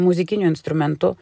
muzikiniu instrumentu